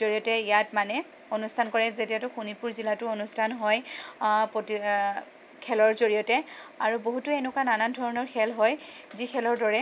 জড়িয়তে ইয়াত মানে অনুষ্ঠান কৰে যেতিয়া শোণিতপুৰ জিলাতো অনুষ্ঠান হয় খেলৰ জড়িয়তে আৰু বহুতো এনেকুৱা নানান ধৰণৰ খেল হয় যি খেলৰ দৰে